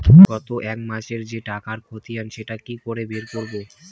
গত এক মাসের যে টাকার খতিয়ান সেটা কি করে বের করব?